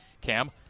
Cam